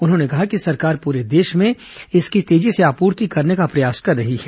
उन्होंने कहा कि सरकार पूरे देश में इसकी तेजी से आपूर्ति करने का प्रयास कर रही है